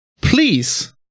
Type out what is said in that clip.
please